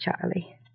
Charlie